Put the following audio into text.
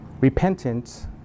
repentance